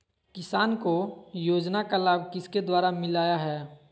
किसान को योजना का लाभ किसके द्वारा मिलाया है?